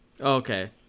okay